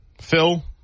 Phil